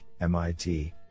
MIT